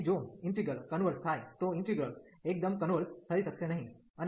તેથી જો integral converge થાય તો ઇન્ટિગ્રલ એકદમ કન્વર્ઝ થઈ શકશે નહીં